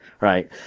Right